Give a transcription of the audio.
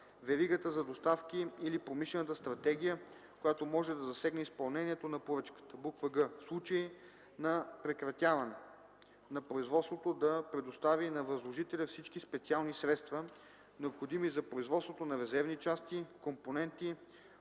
веригата за доставки или промишлената стратегия, която може да засегне изпълнението на поръчката; г) в случай на прекратяване на производството да предостави на възложителя всички специални средства, необходими за производството на резервни части, компоненти,